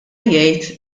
jgħid